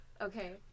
Okay